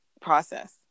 process